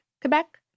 Quebec